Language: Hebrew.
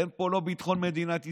אין פה ביטחון מדינת ישראל,